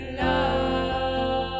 love